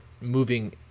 moving